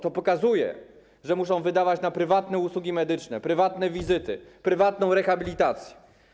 To pokazuje, że muszą wydawać na prywatne usługi medyczne, prywatne wizyty, prywatną rehabilitację.